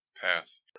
path